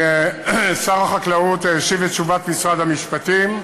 שר החקלאות השיב את תשובת משרד המשפטים,